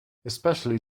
especially